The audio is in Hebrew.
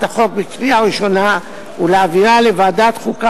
החוק בקריאה ראשונה ולהעבירה לוועדת חוקה,